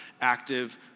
active